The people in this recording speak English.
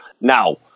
Now